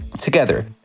Together